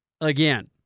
again